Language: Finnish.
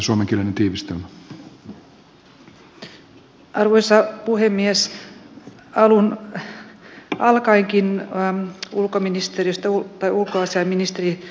ärade talman arvoisa puhemies